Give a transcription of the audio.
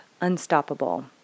Unstoppable